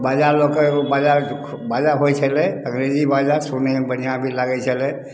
बाजा लऽ कऽ बाजा बाजा होइ छलै अङ्ग्रेजी बाजा सुनैमे बढ़िऑं भी लागै छलै